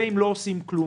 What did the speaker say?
זה אם לא עושים כלום,